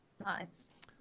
Nice